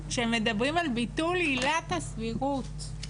כשמדברים על ביטול עילת הסבירות,